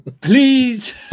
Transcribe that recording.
please